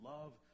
Love